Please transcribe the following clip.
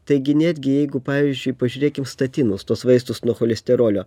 taigi netgi jeigu pavyzdžiui pažiūrėkim statinus tuos vaistus nuo cholesterolio